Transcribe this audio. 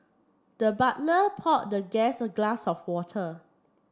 the butler poured the guest a glass of water